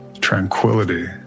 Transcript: Tranquility